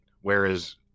Whereas